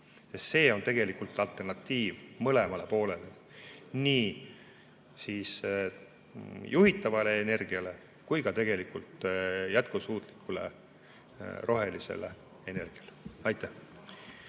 See on tegelikult alternatiiv mõlemale poolele, nii juhitavale energiale kui ka jätkusuutlikule rohelisele energiale. Aitäh!